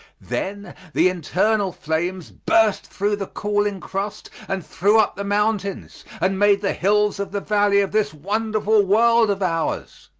then the internal flames burst through the cooling crust and threw up the mountains and made the hills of the valley of this wonderful world of ours.